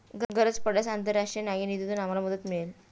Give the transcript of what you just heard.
गरज पडल्यास आंतरराष्ट्रीय नाणेनिधीतून आम्हाला मदत मिळेल